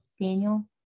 Daniel